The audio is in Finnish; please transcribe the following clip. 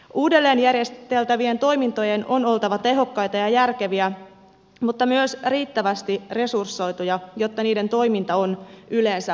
uudelleen järjesteltävien toimintojen on oltava tehokkaita ja järkeviä mutta myös riittävästi resursoituja jotta niiden toiminta on yleensä mahdollista